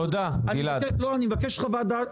אני מבקש חוות דעת.